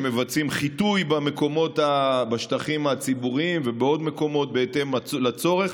שמבצעים חיטוי בשטחים הציבוריים ובעוד מקומות בהתאם לצורך,